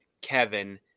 Kevin